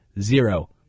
Zero